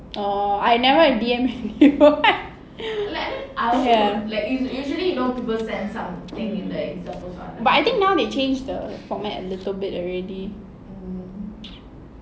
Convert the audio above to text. orh I never D_M him ya but now I think they change the format a little bit already